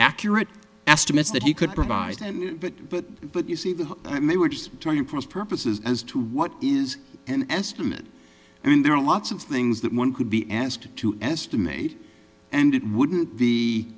accurate estimates that he could provide and but but but you see that i mean we're just talking cross purposes as to what is an estimate i mean there are lots of things that one could be asked to estimate and it wouldn't be